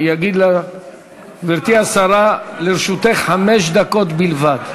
גברתי השרה, לרשותך חמש דקות בלבד.